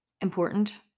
important